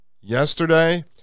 yesterday